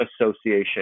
Association